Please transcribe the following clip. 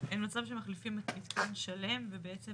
אין מצב שמחליפים מתקן שלם ולא